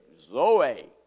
zoe